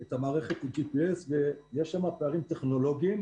את המערכת עם GPS ויש שם פערים טכנולוגיים.